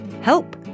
help